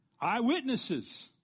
Eyewitnesses